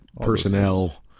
personnel